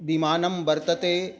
विमानं वर्तते